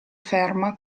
ferma